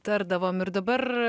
tardavom ir dabar